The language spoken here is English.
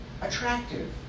attractive